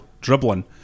Dribbling